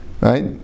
right